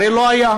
הרי לא היה.